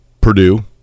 Purdue